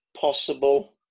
possible